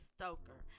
Stoker